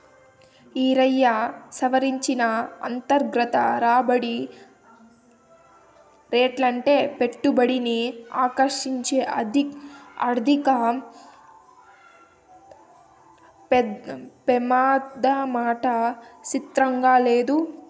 ఈరయ్యా, సవరించిన అంతర్గత రాబడి రేటంటే పెట్టుబడిని ఆకర్సించే ఆర్థిక పెమాదమాట సిత్రంగా లేదూ